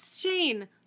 Shane